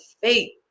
faith